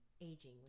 aging